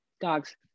Dogs